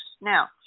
Now